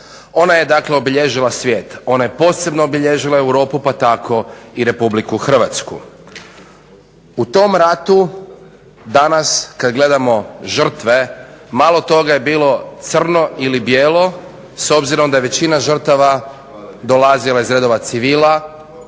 Ona je dakle obilježila svijet, ona je posebno obilježila Europu pa tako i RH. U tom ratu danas kad gledamo žrtve malo toga je bilo crno ili bijelo, s obzirom da je većina žrtava dolazila iz reda civila